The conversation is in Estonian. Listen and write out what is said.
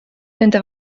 nende